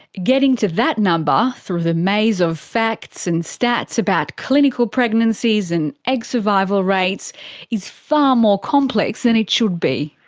getting to that number through the maze of facts and stats about clinical pregnancies and egg survival rates is far more complex that and it should be.